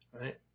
Right